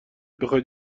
بخوای